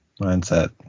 mindset